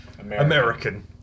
American